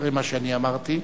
אחרי מה שאני אמרתי.